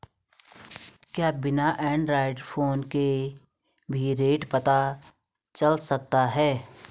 क्या बिना Android phone के भी रेट पता चल सकता है?